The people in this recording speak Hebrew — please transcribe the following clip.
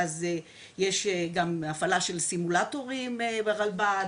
אז יש גם הפעלה של סימולטורים ברלב"ד,